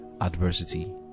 adversity